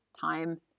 time